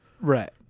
Right